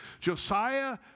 Josiah